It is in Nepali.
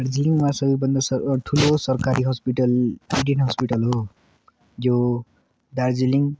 दार्जिलिङमा सबैभन्दा सर ठुलो सरकारी हस्पिटल इडेन हस्पिटल हो यो दार्जिलिङ